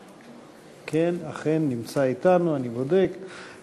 כן, אכן נמצא אתנו חבר